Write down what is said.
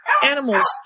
animals